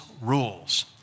rules